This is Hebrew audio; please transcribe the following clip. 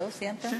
זהו, סיימת?